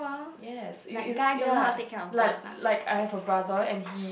yes it it ya like like I have a brother and he